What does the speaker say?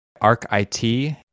ARC-IT